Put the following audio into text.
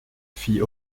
fit